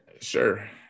Sure